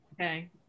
Okay